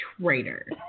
Traitor